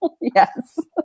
Yes